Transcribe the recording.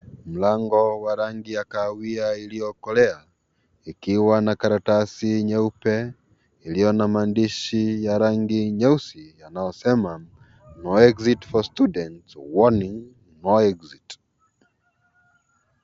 Milango ya rangi ya kahawia iliyokolea ikiwa na karatasi nyeupe iliyo na maandishi ya rangi nyeusi yanayosema no exit for students warning no exit .